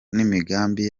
n’imigambi